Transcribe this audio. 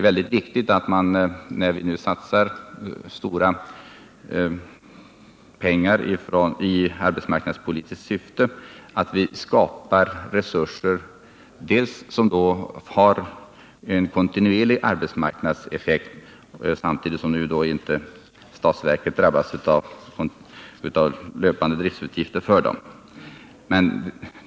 När man nu satsar stora pengar i arbetsmarknadspolitiskt syfte tycker jag det är mycket viktigt att man skapar resurser som har en kontinuerlig arbetsmarknadseffekt samtidigt som inte statsverket drabbas av löpande driftsutgifter för dem.